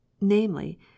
namely